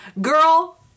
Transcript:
Girl